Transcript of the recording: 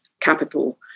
capital